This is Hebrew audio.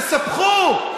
תספחו.